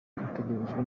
utegerejwe